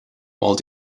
while